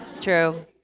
True